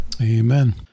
Amen